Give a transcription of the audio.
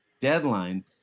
Deadline